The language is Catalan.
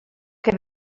que